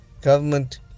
government